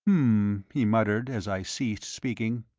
he muttered, as i ceased speaking.